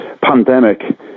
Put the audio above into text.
pandemic